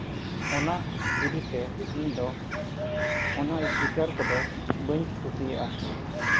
ᱚᱱᱟ ᱤᱫᱤᱛᱮ ᱤᱧᱫᱚ ᱚᱱᱟ ᱥᱯᱤᱠᱟᱨ ᱠᱚᱫᱚ ᱵᱟᱹᱧ ᱠᱩᱥᱤᱭᱟᱜᱼᱟ